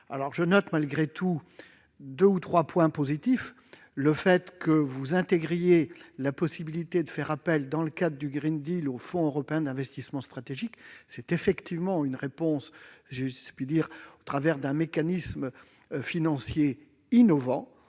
Je note malgré tout deux ou trois points positifs, notamment le fait que vous intégriez la possibilité de faire appel, dans le cadre du, au Fonds européen d'investissement stratégique. C'est effectivement une réponse au travers d'un mécanisme financier innovant.